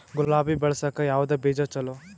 ಗುಲಾಬಿ ಬೆಳಸಕ್ಕ ಯಾವದ ಬೀಜಾ ಚಲೋ?